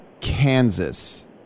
Kansas